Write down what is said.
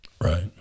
Right